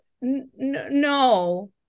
no